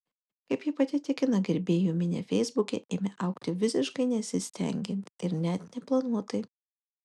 kaip ji pati tikina gerbėjų minia feisbuke ėmė augti visiškai nesistengiant ir net neplanuotai